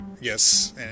Yes